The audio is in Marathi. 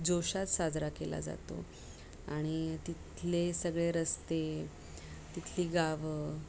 जोशात साजरा केला जातो आणि तिथले सगळे रस्ते तिथली गावे